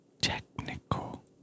technical